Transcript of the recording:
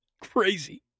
Crazy